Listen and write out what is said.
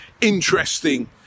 interesting